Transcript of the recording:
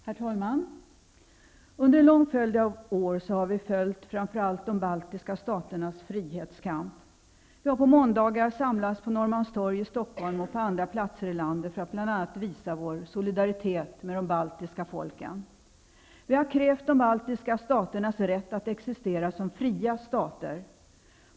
Herr talman! Under en lång följd av år har vi följt de baltiska staternas frihetskamp. Vi har på måndagar samlats på Norrmalmstorg i Stockholm och på andra platser i landet för att bl.a. visa vår solidaritet med de baltiska folken. Vi har krävt de baltiska staternas rätt att existera som fria stater.